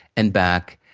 and back,